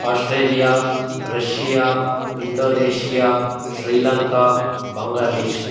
Australia Russia Indonesia Sri Lanka Bangladesh